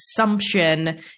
assumption